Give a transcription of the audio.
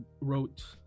wrote